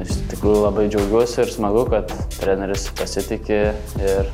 iš tikrųjų labai džiaugiuosi ir smagu kad treneris pasitiki ir